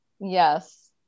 Yes